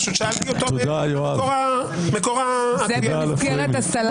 פשוט שאלתי אותו למקור ה --- זה במסגרת הסלמי.